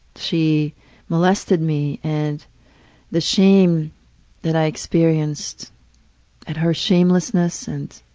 she molested me and the shame that i experienced and her shamelessness and